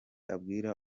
abwira